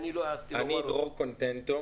אני דרור קונטנטו,